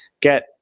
get